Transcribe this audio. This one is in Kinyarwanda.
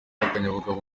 akanyabugabo